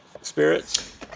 spirits